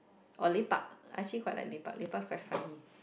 or lepak I actually quite like lepak lepak's quite funny